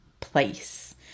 place